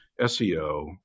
SEO